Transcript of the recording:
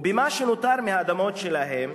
ובמה שנותר מהאדמות שלהם,